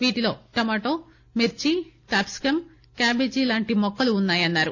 వీటిలో టామాటా మిర్చికాప్పికం క్యాబేజిలాంటి మొక్కలు ఉన్నాయన్నారు